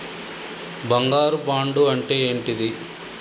బంగారు బాండు అంటే ఏంటిది?